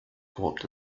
korrupt